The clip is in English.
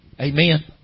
Amen